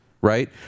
right